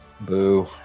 Boo